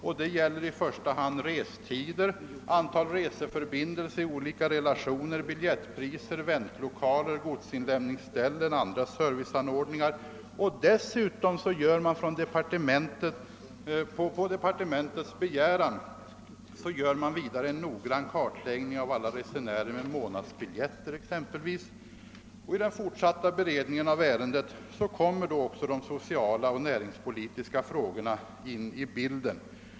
i första hand när det gäller restider, antal reseförbindelser i olika relationer, biljettpriser, väntlokaler, godsinlämningsställen och andra serviceanordningar. Dessutom görs på departementets begäran exempelvis en noggrann kartläggning av alla resenärer med månadsbiljett. I den fortsatta beredningen av ärendet kommer även de sociala och näringspolitiska frågorna in i bilden.